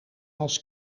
als